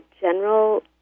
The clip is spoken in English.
general